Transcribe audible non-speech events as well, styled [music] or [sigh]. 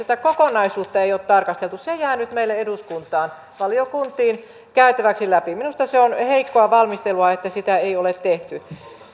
[unintelligible] tätä kokonaisuutta ei ole tarkasteltu se jää nyt meille eduskuntaan valiokuntiin käytäväksi läpi minusta se on heikkoa valmistelua että sitä ei ole tehty